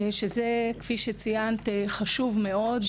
שזה כפי שציינת חשוב מאוד.